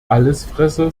allesfresser